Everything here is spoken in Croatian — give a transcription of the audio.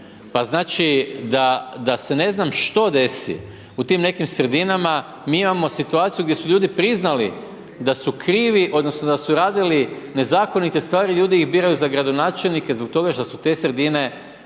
Pa znači, da se ne z nam što desi u tim nekim sredinama, mi imamo situaciju, gdje su ljudi priznali da su krivi, odnosno, da su radili nezakonite stvari, ljudi ih biraju za gradonačelnike, zbog toga što su te sredine napravljene